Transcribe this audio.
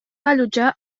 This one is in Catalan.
allotjar